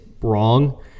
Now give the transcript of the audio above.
wrong